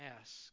ask